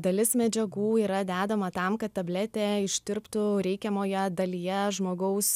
dalis medžiagų yra dedama tam kad tabletė ištirptų reikiamoje dalyje žmogaus